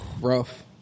Rough